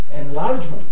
enlargement